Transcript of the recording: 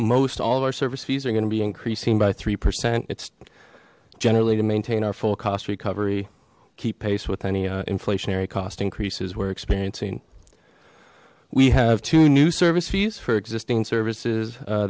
most all of our service fees are going to be increasing by three percent it's generally to maintain our full cost recovery keep pace with any inflationary cost increases we're experiencing we have two new service fees for existing services